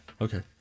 Okay